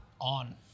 On